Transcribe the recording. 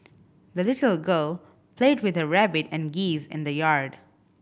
the little girl played with her rabbit and geese in the yard